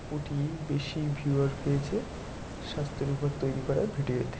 কোটি বেশি ভিউয়ার পেয়েছে স্বাস্থ্যের উপর তৈরি করা ভিডিওতে